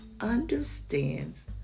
understands